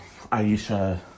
Aisha